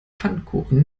pfannkuchen